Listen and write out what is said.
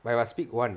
but you must pick one